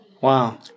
Wow